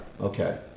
Okay